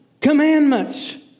commandments